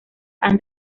han